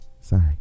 sorry